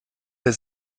der